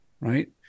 right